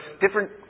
different